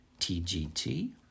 TGT